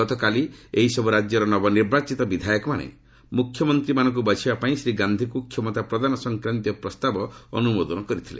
ଗତକାଲି ଏହିସବୁ ରାଜ୍ୟର ନବନିର୍ବାଚିତ ବିଧାୟକମାନେ ମୁଖ୍ୟମନ୍ତ୍ରୀମାନଙ୍କୁ ବାଛିବା ପାଇଁ ଶ୍ରୀ ଗାନ୍ଧିଙ୍କୁ କ୍ଷମତାପ୍ରଦାନ ସଂକ୍ରାନ୍ତୀୟ ପ୍ରସ୍ତାବ ଅନ୍ଦ୍ରମୋଦନ କରିଥିଲେ